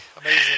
Amazing